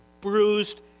bruised